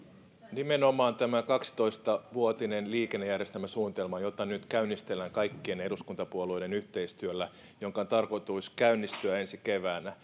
nimenomaan tämä kaksitoista vuotinen liikennejärjestelmäsuunnitelma jota nyt käynnistellään kaikkien eduskuntapuolueiden yhteistyöllä ja jonka on tarkoitus käynnistyä ensi keväänä